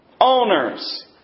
Owners